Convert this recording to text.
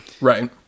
Right